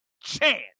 chance